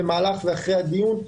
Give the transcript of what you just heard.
במהלך ואחרי הדיון.